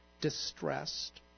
distressed